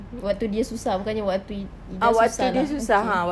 waktu dia susah bukannya waktu ki~ kita susah lah okay